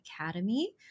Academy